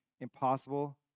impossible